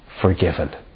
forgiven